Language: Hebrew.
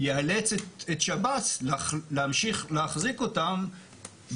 יאלץ את שב"ס להמשיך להחזיק אותם.